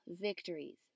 victories